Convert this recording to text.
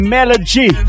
Melody